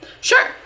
sure